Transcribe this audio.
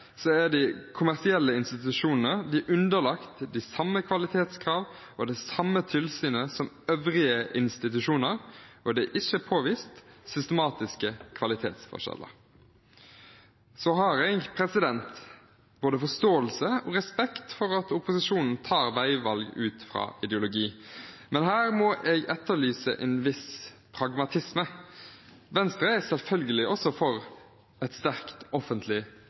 er de kommersielle institusjonene underlagt de samme kvalitetskravene og det samme tilsynet som øvrige institusjoner, og det er ikke påvist systematiske kvalitetsforskjeller. Jeg har både forståelse og respekt for at opposisjonen tar veivalg ut fra ideologi, men her må jeg etterlyse en viss pragmatisme. Venstre er selvfølgelig også for et sterkt offentlig